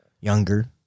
younger